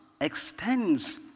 extends